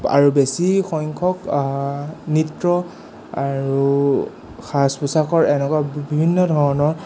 আৰু বেছি সংখ্যক নৃত্য আৰু সাজ পোচাকৰ এনেকুৱা বিভিন্ন ধৰণৰ